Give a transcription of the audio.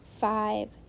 five